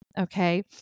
okay